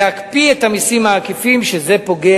ולהקפיא את ההפחתה במסים העקיפים, שזה פוגע,